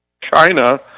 china